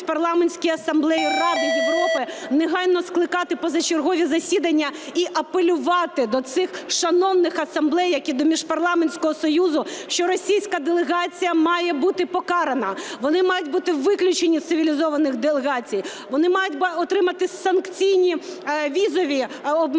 в Парламентській асамблеї Ради Європи, негайно скликати позачергові засідання і апелювати до цих шановних асамблей, як і до Міжпарламентського союзу, що російська делегація має бути покарана. Вони мають бути виключені з цивілізованих делегацій, вони мають отримати санкційні візові обмеження,